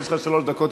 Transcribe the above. יש לך שלוש דקות.